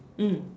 mm